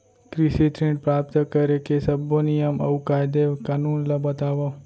कृषि ऋण प्राप्त करेके सब्बो नियम अऊ कायदे कानून ला बतावव?